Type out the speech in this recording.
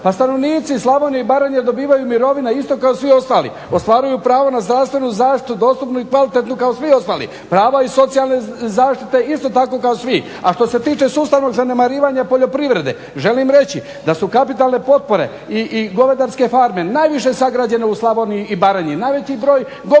pa stanovnici Slavonije i Baranje dobivaju mirovine isto kao i svi ostali, ostvaruju pravo na zdravstvenu zaštitu dostupnu i kvalitetnu kao svi ostali. Prava iz socijalne zaštite isto tako kao svi. A što se tiče sustavnog zanemarivanja poljoprivrede želim reći da su kapitalne potpore i govedarske farme najviše sagrađene u Slavoniji i Baranji, najveći broj goveda